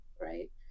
Right